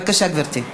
בבקשה, גברתי.